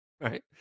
Right